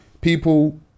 people